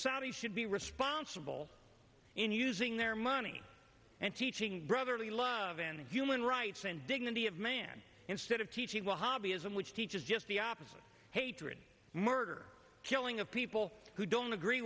saudis should be responsible in using their money and teaching brotherly love and human rights and dignity of man instead of teaching a hobby islam which teaches just the opposite hatred murder killing of people who don't agree